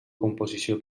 composició